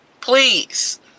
Please